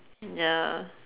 ya